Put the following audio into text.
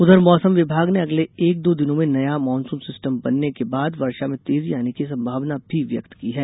उधर मौसम विभाग ने अगले एक दो दिनों में नया मॉनसून सिस्टम बनने के बाद वर्षा में तेजी आने की संभावना भी व्यक्त की है